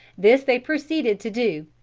this they proceeded to do,